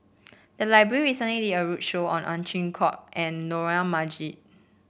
the library recently did a roadshow on Ow Chin Hock and Dollah Majid